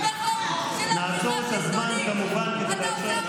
לא לעזור לי, תודה.